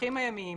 הקידוחים הימיים,